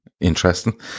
interesting